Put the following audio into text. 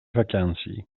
vakantie